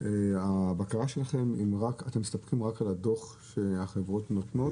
בבקרה שלכם אתם מסתמכים רק על הדוח שהחברות נותנות,